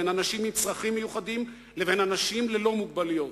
בין אנשים עם צרכים מיוחדים לאנשים ללא מוגבלות,